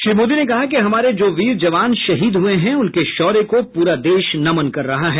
श्री मोदी ने कहा कि हमारे जो वीर जवान शहीद हुए हैं उनके शौर्य को पूरा देश नमन कर रहा है